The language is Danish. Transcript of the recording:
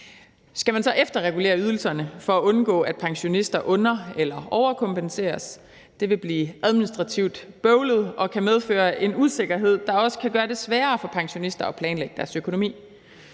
Skal man så efterregulere ydelserne for at undgå, at pensionister under- eller overkompenseres? Det vil blive administrativt bøvlet og kan medføre en usikkerhed, der også kan gøre det sværere for pensionister at planlægge deres økonomi.